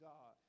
God